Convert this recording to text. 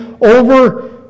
over